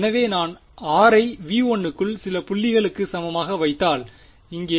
எனவே நான் r ஐ V1 க்குள் சில புள்ளிகளுக்கு சமமாக வைத்தால் இங்கே